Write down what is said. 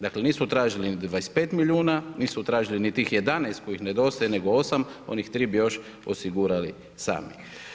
Dakle, nismo tražili ni 25 milijuna, nismo tražili ni tih 11 kojih nedostaje nego 8, onih 3 bi još osigurali sami.